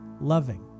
loving